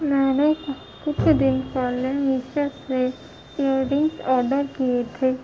میں نے کچھ دن پہلے میشو سے ایر رنگ آڈر کیے تھے